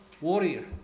warrior